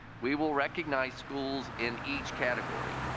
we will recognize schools in each category.